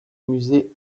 musée